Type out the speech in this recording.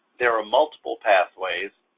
there are multiple pathways,